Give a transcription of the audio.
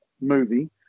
movie